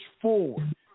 forward